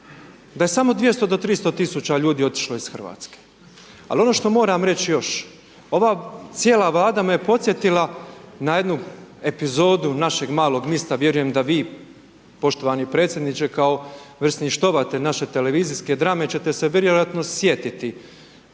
da je samo 200 do 300.000 ljudi otišlo iz Hrvatske, ali ono što moram reć još ova cijela Vlada me podsjetila na jednu epizodu Našeg malog mista, vjerujem da vi poštovani predsjedniče kao vrsni štovatelj naše televizijske drame ćete se vjerojatno sjetiti